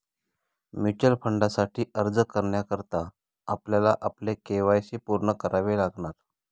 mutual फंडासाठी अर्ज करण्याकरता आपल्याला आपले के.वाय.सी पूर्ण करावे लागणार